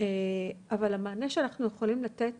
אבל המענה שאנחנו יכולים לתת